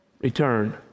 return